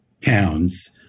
towns